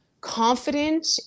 confident